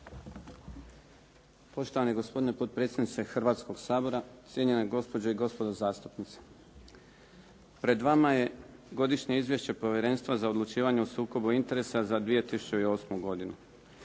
Poštovani gospodine potpredsjedniče Hrvatskog sabora, cijenjene gospođe i gospodo zastupnici. Pred vama je Godišnje izvješće Povjerenstva za odlučivanje o sukobu interesa za 2008. godinu.